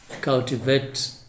cultivate